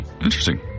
interesting